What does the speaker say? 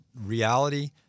reality